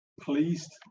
pleased